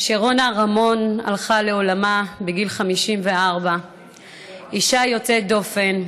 שרונה רמון הלכה לעולמה בגיל 54. אישה יוצאת דופן,